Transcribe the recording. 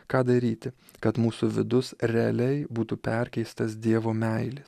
ką daryti kad mūsų vidus realiai būtų perkeistas dievo meile